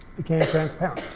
became transparent.